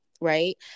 Right